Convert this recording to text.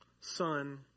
Son